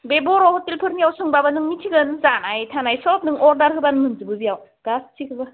बे बर' हटेलफोरनियाव सोंब्लाबो नों मिथिगोन जानाय थानाय सब नों अर्डार होब्लानो मोनजोबो बेयाव गासैखोबो